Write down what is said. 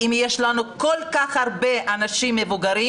אם יש לנו כל כך הרבה אנשים מבוגרים